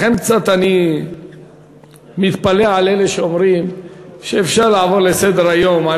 לכן אני קצת מתפלא על אלה שאומרים שאפשר לעבור לסדר-היום על